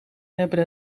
hebben